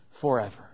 forever